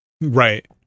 right